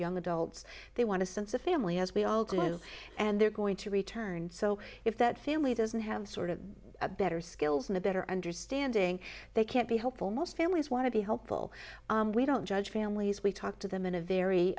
young adults they want to sense a family as we all do and they're going to return so if that family doesn't have sort of a better skills and a better understanding they can be helpful most families want to be helpful we don't judge families we talk to them in a very